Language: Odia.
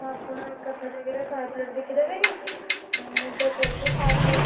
ଆପଣ ଏକାଥରକରେ ଶହେ ପ୍ଲେଟ୍ ବିକି ଦେବେ କି ମୁଁ ତ କହୁଛି ଶହେ ପ୍ଲେଟ୍